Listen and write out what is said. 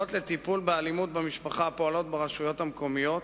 ביחידות לטיפול באלימות במשפחה הפועלות ברשויות המקומיות